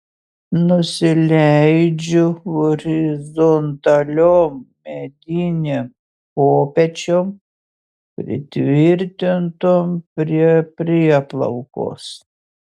nusileidžiu horizontaliom medinėm kopėčiom pritvirtintom prie prieplaukos